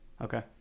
Okay